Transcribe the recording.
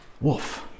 Wolf